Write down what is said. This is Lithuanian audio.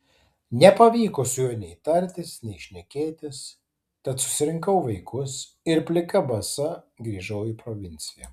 nepavyko su juo nei tartis nei šnekėtis tad susirinkau vaikus ir plika basa grįžau į provinciją